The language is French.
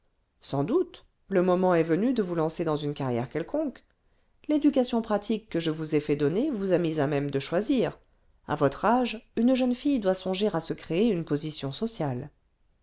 sans doute le moment est venu de vous lancer dans une carrière le vingtième siècle quelconque l'éducation pratique que je vous ai fait donner vous a mise à même de choisir à votre âge une jeune fille doit songer à se créer une position sociale